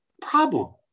problem